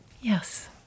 yes